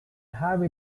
have